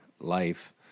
life